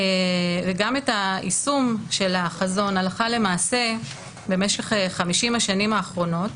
וגם את היישום של החזון הלכה למעשה במשך 50 השנים האחרונות.